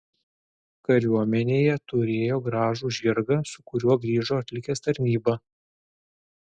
kariuomenėje turėjo gražų žirgą su kuriuo grįžo atlikęs tarnybą